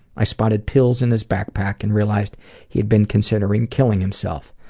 i spotted pills in his backpack and realized he'd been considering killing himself,